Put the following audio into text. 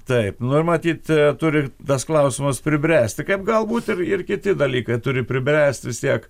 taip nu ir matyt e turi tas klausimas pribręsti kaip galbūt ir kiti dalykai turi pribręst vis tiek